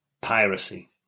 Piracy